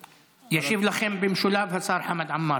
ישיב לכם במשולב השר חמד עמאר.